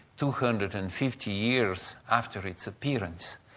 two hundred and fifty years after its appearance?